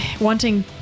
wanting